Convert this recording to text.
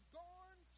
gone